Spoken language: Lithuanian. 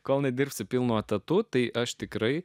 kol dirbsiu pilnu etatu tai aš tikrai